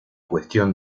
cuestión